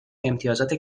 امتیازات